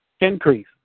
Increase